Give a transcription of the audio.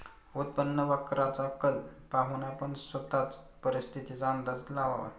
उत्पन्न वक्राचा कल पाहून आपण स्वतःच परिस्थितीचा अंदाज लावावा